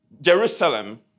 Jerusalem